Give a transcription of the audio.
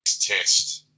test